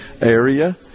area